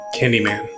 Candyman